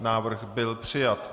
Návrh byl přijat.